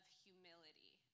humility